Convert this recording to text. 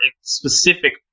specific